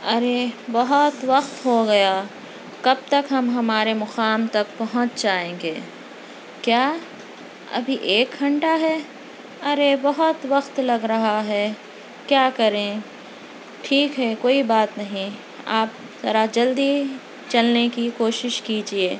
ارے بہت وقت ہو گیا کب تک ہم ہمارے مقام تک پہنچ جائیں گے کیا ابھی ایک گھنٹہ ہے ارے بہت وقت لگ رہا ہے کیا کریں ٹھیک ہے کوئی بات نہیں آپ ذرا جلدی چلنے کی کوشش کیجیے